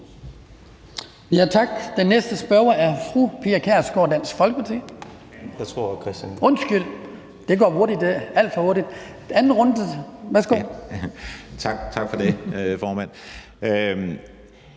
Tak for det, formand.